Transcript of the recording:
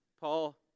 Paul